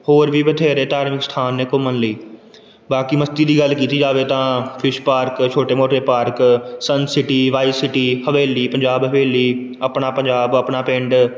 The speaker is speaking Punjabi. ਹੋਰ ਵੀ ਬਥੇਰੇ ਧਾਰਮਿਕ ਅਸਥਾਨ ਨੇ ਘੁੰਮਣ ਲਈ ਬਾਕੀ ਮਸਤੀ ਦੀ ਗੱਲ ਕੀਤੀ ਜਾਵੇ ਤਾਂ ਫਿਸ਼ ਪਾਰਕ ਛੋਟੇ ਮੋਟੇ park sun city wise city Haveli Punjab Haveli Apna Punjab Apna ਪਿੰਡ